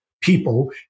people